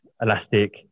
elastic